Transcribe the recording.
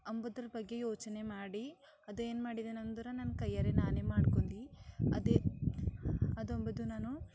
ಅಂಬುದರ ಬಗ್ಗೆ ಯೋಚನೆ ಮಾಡಿ ಅದು ಏನು ಮಾಡಿದೆನಂದ್ರೆ ನನ್ನ ಕೈಯಾರೆ ನಾನೇ ಮಾಡ್ಕೊಂಡಿ ಅದೆ ಅದೊಂಬದು ನಾನು